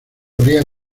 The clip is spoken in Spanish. abría